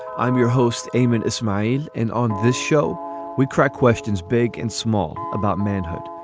i'm your host, aymond is mine, and on this show we crack questions big and small about manhood.